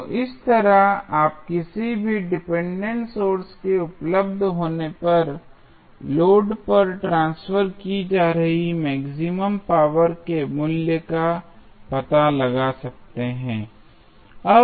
तो इस तरह आप किसी भी डिपेंडेंट सोर्सेज के उपलब्ध होने पर लोड पर ट्रांसफर की जा रही मैक्सिमम पावर के मूल्य का पता लगा सकते हैं